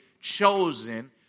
chosen